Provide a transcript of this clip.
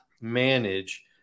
manage